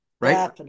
right